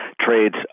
trades